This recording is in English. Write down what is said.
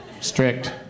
strict